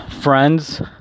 Friends